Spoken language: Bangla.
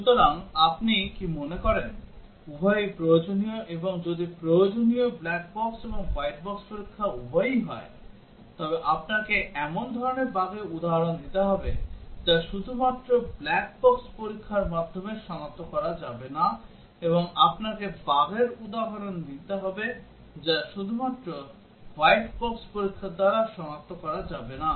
সুতরাং আপনি কি মনে করেন উভয়ই প্রয়োজনীয় এবং যদি প্রয়োজনীয় ব্ল্যাক বক্স এবং হোয়াইট বক্স পরীক্ষা উভয়ই হয় তবে আপনাকে এমন ধরণের বাগের উদাহরণ দিতে হবে যা শুধুমাত্র ব্ল্যাক বক্স পরীক্ষার মাধ্যমে সনাক্ত করা যাবে না এবং আপনাকে বাগের উদাহরণ দিতে হবে যা শুধুমাত্র হোয়াইট বক্স পরীক্ষার মাধ্যমে সনাক্ত করা যাবে না